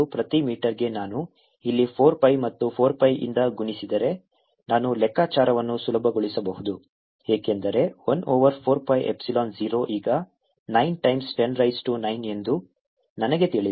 ನಾನು ಇಲ್ಲಿ 4 pi ಮತ್ತು 4 pi ಯಿಂದ ಗುಣಿಸಿದರೆ ನಾನು ಲೆಕ್ಕಾಚಾರವನ್ನು ಸುಲಭಗೊಳಿಸಬಹುದು ಏಕೆಂದರೆ 1 ಓವರ್ 4 pi ಎಪ್ಸಿಲಾನ್ 0 ಈಗ 9 ಟೈಮ್ಸ್ 10 ರೈಸ್ ಟು 9 ಎಂದು ನನಗೆ ತಿಳಿದಿದೆ